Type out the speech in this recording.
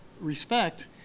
respect—